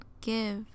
give